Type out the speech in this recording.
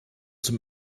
zum